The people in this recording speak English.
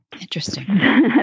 interesting